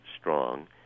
strong